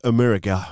America